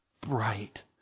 bright